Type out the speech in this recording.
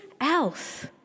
else